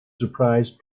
surprise